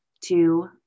two